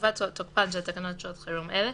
בתקופת תוקפן של תקנות שעת חירום אלה,